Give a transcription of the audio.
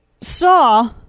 saw